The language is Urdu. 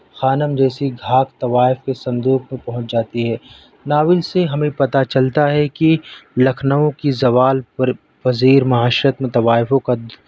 خانم جیسی گھاک طوائف کے صندوق میں پہونچ جاتی ہے ناول سے ہمیں پتہ چلتا ہے کہ لکھنؤ کی زوال پر پذیر معاشرت میں طوائفوں کا